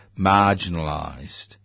marginalised